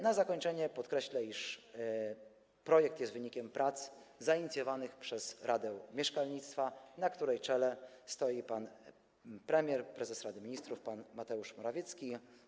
Na zakończenie podkreślę, iż projekt jest wynikiem prac zainicjowanych przez Radę Mieszkalnictwa, na której czele stoi premier, prezes Rady Ministrów pan Mateusz Morawiecki.